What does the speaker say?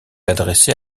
adressée